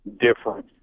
different